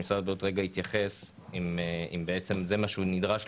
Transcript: שמשרד הבריאות יתייחס ויאמר אם זה מה שהוא נדרש,